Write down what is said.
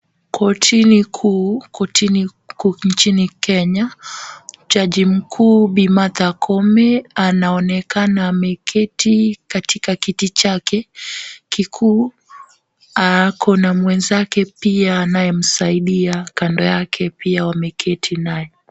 Kortini kuu nchini Kenya ,Jaji mkuu Bi Martha Koome anaonekana ameketi katika kiti chake kikuu, ako na mwenzake pia anayemsaidia kando yake pia wameketi naye.